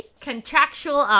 contractual